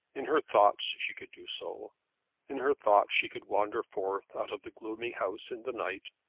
in her thoughts she could do so in her thoughts she could wander forth out of the gloomy house in the night,